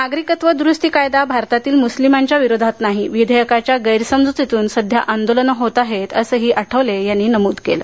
नागरिकत्व दुरुस्ती कायदा भारतातील मुस्लिमांच्या विरोधात नाही विधेयकाच्या गैरसमज़तीतून सध्या आंदोलनं होत आहेत असेही आठवले यांनी नम्रद केले